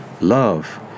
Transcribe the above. Love